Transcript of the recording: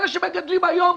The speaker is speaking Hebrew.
אלה שמגדלים היום,